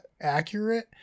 accurate